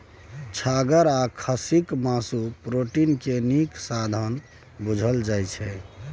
छागर आ खस्सीक मासु प्रोटीन केर नीक साधंश बुझल जाइ छै